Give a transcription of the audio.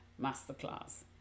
masterclass